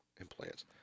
implants